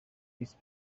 visi